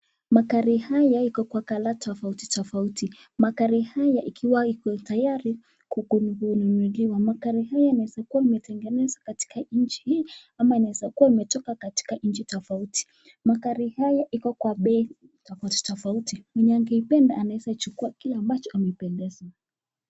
Magari haya iko kwa (cs) colour (cs) tofauti tofauti , magari haya ikiwa Iko tayari kununuliwa, magari haya inaweza kuwa imetengenezwa katika nchi ama inaweza kuwa imetoka katika nchi tofauti , magari haya iko kwa bei tofauti tofauti mwenye angeipenda anaweza chukua kile ambacho amependezwa.